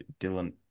Dylan